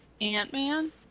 Ant-Man